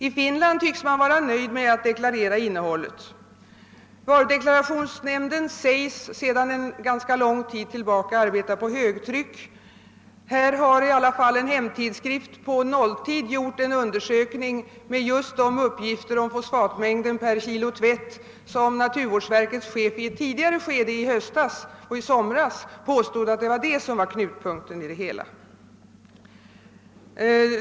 I Finland tycks man vara nöjd med att deklarera innehållet. Varudeklarationsnämnden sägs sedan ganska lång tid arbeta för högtryck. Här har i alla fall en hemtidskrift på nolltid gjort en undersökning och framlagt just de uppgifter om fosfatmängden per kilogram tvätt som naturvårdsverkets chef under ett tidigare skede, i höstas och i somras, påstod vara knutpunkten i det hela.